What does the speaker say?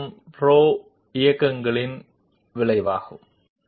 This is the same figure in a little more magnified form of same figure